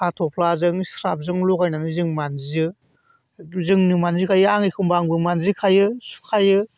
हाथ'फ्लाजों स्राबजों लगायनानै जों मानजियो जोंनो मानजिखायो आं एखनबा आंबो मानजिखायो सुखायो